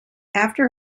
after